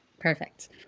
Perfect